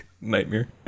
Nightmare